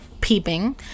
peeping